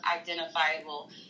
identifiable